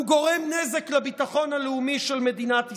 הוא גורם נזק לביטחון הלאומי של מדינת ישראל.